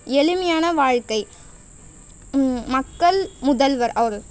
எளிமையான வாழ்க்கை மக்கள் முதல்வர் அவர்